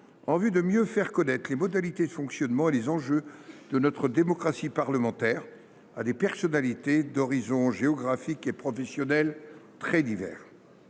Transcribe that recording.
en vue de mieux faire connaître les modalités de fonctionnement et les enjeux de notre démocratie parlementaire à des personnalités d’horizons géographiques et professionnels très divers.